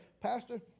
Pastor